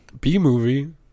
B-movie